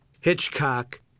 Hitchcock